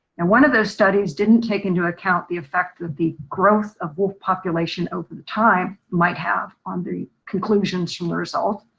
and one of those studies didn't take into account the effect of the growth of wolf population over the time they might have on the conclusions from the result.